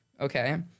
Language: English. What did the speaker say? Okay